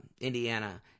Indiana –